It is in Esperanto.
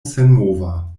senmova